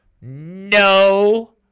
no